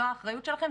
זו האחריות שלכם,